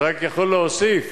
זה רק יכול להוסיף